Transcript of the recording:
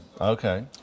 okay